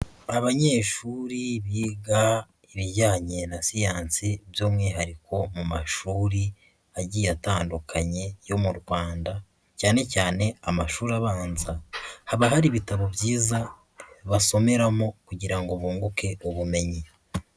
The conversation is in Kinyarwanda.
Abanyeshuri biga ibijyanye na siyansi by'umwihariko mu mashuri agiye atandukanye yo mu Rwanda. Cyane cyane amashuri abanza. Haba hari ibitabo byiza basomeramo kugira ngo bunguke ubumenyi.